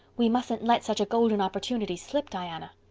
we mustn't let such a golden opportunity slip, diana.